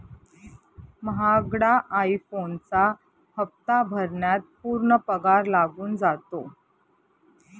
महागडा आई फोनचा हप्ता भरण्यात पूर्ण पगार लागून जातो